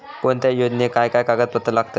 कोणत्याही योजनेक काय काय कागदपत्र लागतत?